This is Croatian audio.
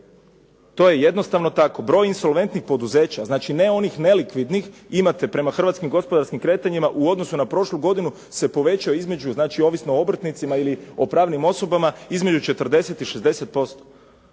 To je jednostavno tako. Broj insolventnih poduzeća, znači ne onih nelikvidnih, imate prema Hrvatskim gospodarskim kretanjima u odnosu na prošlu godinu, se povećao između, znači ovisno o obrtnicima ili o pravnim osobama, između 40 i 60%.